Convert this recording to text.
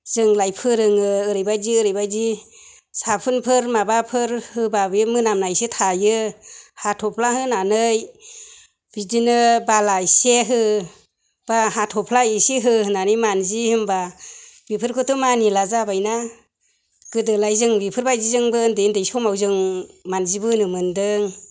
जोंलाय फोरोङो ओरैबायदि ओरैबायदि साबोनफोर माबाफोर होबा बे मोनामनायसो थायो हाथ'फ्ला होनानै बिदिनो बाला एसे हो एबा हाथ'फ्ला इसे हो होनानै मान्जि होनबा बेफोरखौथ' मानिला जाबायना गोदोलाय जों बेफोरबायदिजोंबो उन्दै उन्दै समाव जों मान्जिबोनो मोनदों